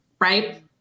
right